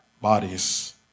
bodies